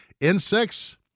insects